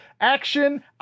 action